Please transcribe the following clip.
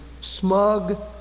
smug